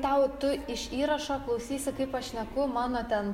tau tu iš įrašo klausysi kaip aš šneku mano